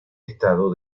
estado